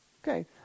Okay